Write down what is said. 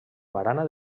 barana